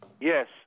Yes